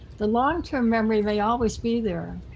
the longterm memory, they always be there.